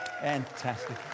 Fantastic